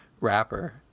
rapper